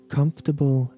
Comfortable